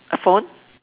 a phone